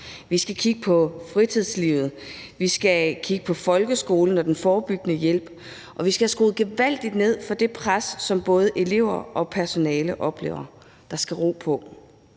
Vi skal kigge på fritidslivet, vi skal kigge på folkeskolen og den forebyggende hjælp, og vi skal have skruet gevaldigt ned for det pres, som både elever og personale oplever. Der skal ro på.